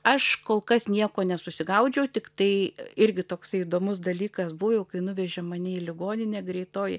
aš kol kas nieko nesusigaudžiau tiktai irgi toksai įdomus dalykas buvo jau kai nuvežė mane į ligoninę greitoji